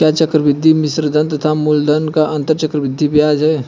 क्या चक्रवर्ती मिश्रधन तथा मूलधन का अंतर चक्रवृद्धि ब्याज है?